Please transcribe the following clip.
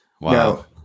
Wow